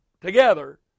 together